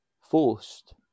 Forced